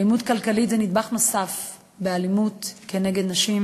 אלימות כלכלית זה נדבך נוסף באלימות שמופעלת כנגד נשים,